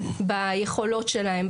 ביכולות שלהם,